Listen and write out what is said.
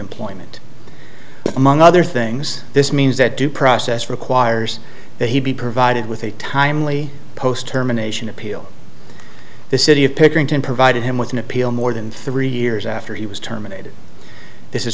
employment among other things this means that due process requires that he be provided with a timely post terminations appeal to the city of pickerington provided him with an appeal more than three years after he was terminated this is